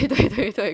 对对对对